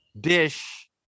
Dish